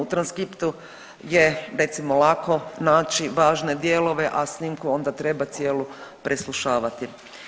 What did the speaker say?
U transkriptu je recimo lako naći važne dijelove, a snimku onda treba cijelu preslušavati.